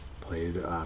Played